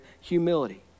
humility